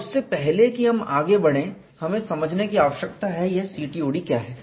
और इससे पहले कि हम आगे बढ़ें हमें समझने की आवश्यकता है यह CTOD क्या है